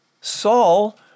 Saul